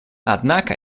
однако